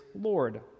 Lord